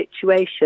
situation